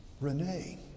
Renee